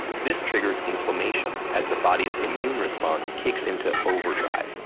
this triggers inflammation as the body's immune response kicks into overdrive,